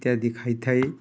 ଇତ୍ୟାଦି ଖାଇ ଥାଏ